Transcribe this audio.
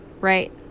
Right